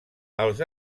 els